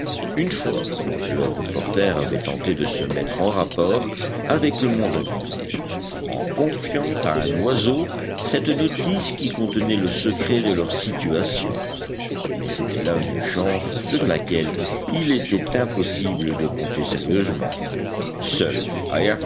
une fois le reporter avait tenté de se mettre en rapport avec le monde habité en confiant à un oiseau cette notice qui contenait le secret de leur situation mais c'était là une chance sur laquelle il était impossible de compter sérieusement seul